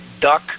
duck